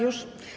Już?